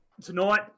tonight